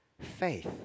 faith